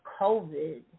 COVID